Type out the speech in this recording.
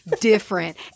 different